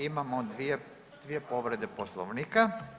Imamo dvije povrede Poslovnika.